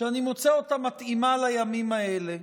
שאני מוצא אותה מתאימה לימים האלה.